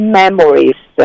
memories